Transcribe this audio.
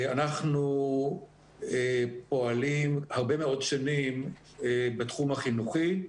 אנחנו פועלים הרבה מאוד שנים בתחום החינוכי.